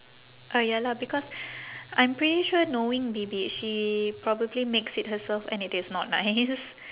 ah ya lah because I'm pretty sure knowing bibik she probably makes it herself and it is not nice